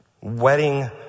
wedding